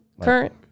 current